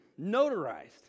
Notarized